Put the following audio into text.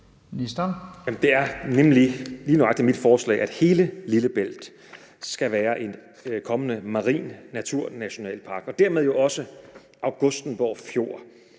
nemlig lige nøjagtig mit forslag, at hele Lillebælt skal være en kommende marin naturnationalpark, dermed jo også Augustenborg Fjord